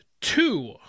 two